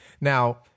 Now